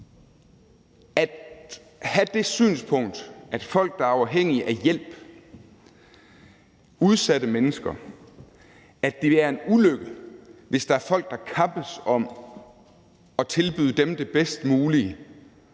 at det er en ulykke, at folk, der er afhængige af hjælp, udsatte mennesker, kan mødes af folk, der kappes om at tilbyde dem det bedst mulige,